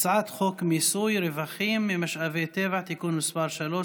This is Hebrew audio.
חוק מיסוי רווחים ממשאבי טבע (תיקון מס' 3),